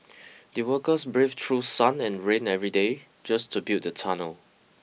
the workers braved through sun and rain every day just to build the tunnel